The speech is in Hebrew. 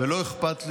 ולא אכפת לי,